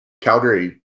Calgary